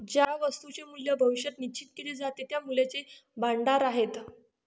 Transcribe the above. ज्या वस्तूंचे मूल्य भविष्यात निश्चित केले जाते ते मूल्याचे भांडार आहेत